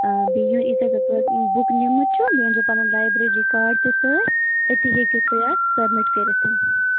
ٲں بیٚیہِ یِیِو یِتھٕ پٲٹھۍ تۄہہِ بُک نِمٕژ چھُو یِم أنۍزیٚو پگاہ لایبرٔری کارڈ تہِ سۭتۍ تٔتی ہیٚکِو تُہی اَتھ سَبمِٹ کٔرِتھ